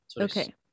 Okay